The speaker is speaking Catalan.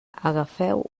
agafeu